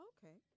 Okay